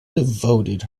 devoted